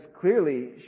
clearly